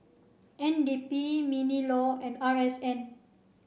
N D P MINLAW and R S N